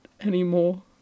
anymore